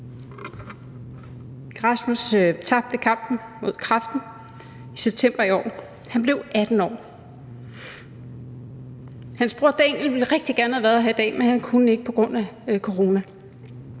Rasmus tabte kampen mod kræften i september i år. Han blev 18 år. Hans bror Daniel ville rigtig gerne have været her i dag, men han kunne ikke på grund af corona.